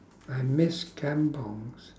I miss kampungs